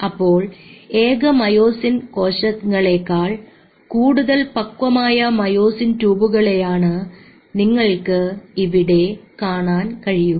അപ്പോൾ ഏക മയോസിൻ കോശങ്ങളെക്കാൾ കൂടുതൽ പക്വമായ മയോസിൻ ട്യൂബുകളെയാണ് നിങ്ങൾക്ക് ഇവിടെ കാണാൻ കഴിയുക